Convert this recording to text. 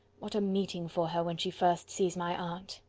what a meeting for her, when she first sees my aunt!